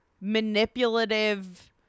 manipulative